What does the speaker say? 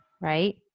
right